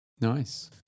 Nice